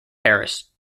paris